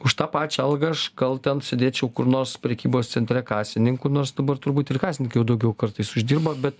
už tą pačią algą aš gal ten sėdėčiau kur nors prekybos centre kasininku nors dabar turbūt ir kasininkai jau daugiau kartais uždirba bet